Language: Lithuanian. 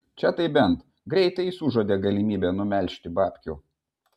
čia tai bent greitai jis užuodė galimybę numelžti babkių